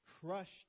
crushed